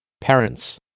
Parents